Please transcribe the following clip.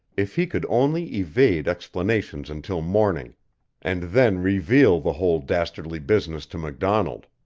if he could only evade explanations until morning and then reveal the whole dastardly business to macdonald!